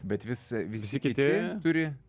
bet vis visi kiti turi